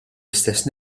istess